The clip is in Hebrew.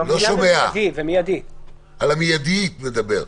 על המיידי נדבר.